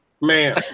Man